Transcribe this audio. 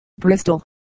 Bristol